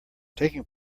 taking